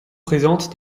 présente